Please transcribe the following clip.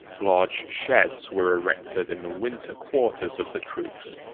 large sheds were erected in the winter-quarters of the troops,